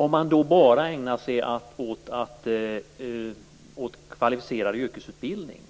Om vi bara hade bedrivit kvalificerad yrkesutbildning